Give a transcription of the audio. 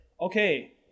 okay